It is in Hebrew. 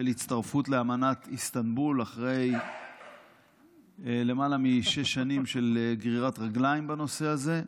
הצטרפות לאמנת איסטנבול אחרי למעלה משש שנים של גרירת רגליים בנושא הזה.